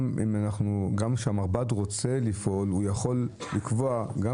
שגם כשהמרב"ד רוצה לפעול הוא יכול לקבוע גם